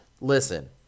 listen